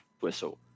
whistle